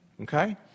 Okay